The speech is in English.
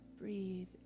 Breathe